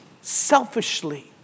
selfishly